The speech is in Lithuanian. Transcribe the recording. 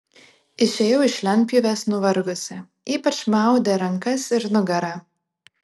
išėjau iš lentpjūvės nuvargusi ypač maudė rankas ir nugarą